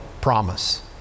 promise